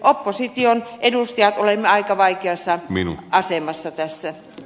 opposition edustajat olemme aika vaikeassa asemassa tässä